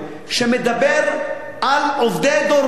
שמדבר על עובדי דור ב'.